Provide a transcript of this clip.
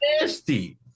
nasty